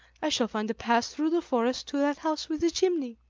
i shall find a path through the forest to that house with the chimney.